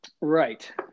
Right